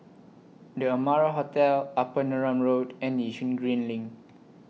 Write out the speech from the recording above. The Amara Hotel Upper Neram Road and Yishun Green LINK